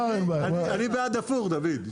אני בעד הפוך דוד,